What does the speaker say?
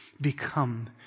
become